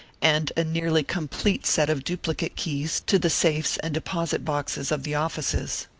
and a nearly complete set of duplicate keys to the safes and deposit boxes of the offices.